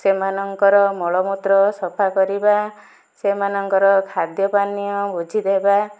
ସେମାନଙ୍କର ମଳମୂତ୍ର ସଫା କରିବା ସେମାନଙ୍କର ଖାଦ୍ୟ ପାନୀୟ ବୁଝିଦେବା